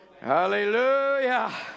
hallelujah